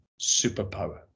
superpower